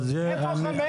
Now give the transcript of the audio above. איפה ה-5,000 ילדים ישחקו.